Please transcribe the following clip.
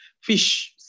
fish